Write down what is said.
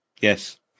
yes